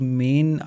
main